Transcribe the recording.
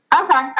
Okay